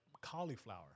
Cauliflower